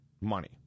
money